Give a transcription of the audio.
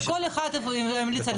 שכל אחד ימליץ על חמישה.